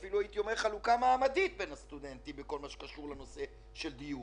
חלוקה מעמדית בין הסטודנטים בכל מה שקשור לנושא של דיור.